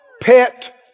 pet